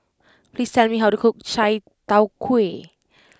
please tell me how to cook Chai Tow Kway